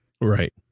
Right